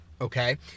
Okay